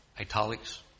Italics